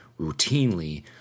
Routinely